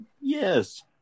Yes